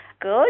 good